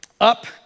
up